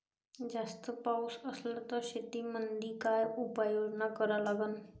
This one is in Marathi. जास्त पाऊस असला त शेतीमंदी काय उपाययोजना करा लागन?